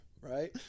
right